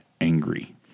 angry